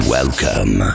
Welcome